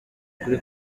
kuri